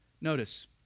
Notice